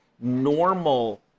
normal